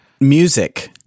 Music